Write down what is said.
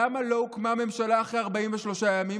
למה לא הוקמה ממשלה אחרי 43 ימים,